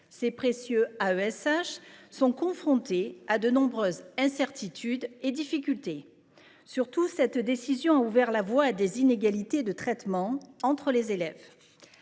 les précieux AESH, sont confrontés à de nombreuses incertitudes et difficultés. Surtout, cette décision a ouvert la voie à des inégalités de traitement entre les élèves.